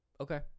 Okay